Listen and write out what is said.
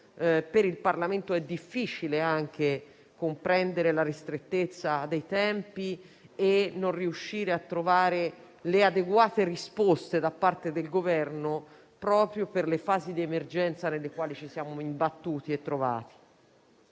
per il Parlamento sia difficile comprendere la ristrettezza dei tempi e non riuscire a trovare le adeguate risposte da parte del Governo proprio per le fasi di emergenza nelle quali ci siamo imbattuti. Tutte